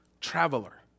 traveler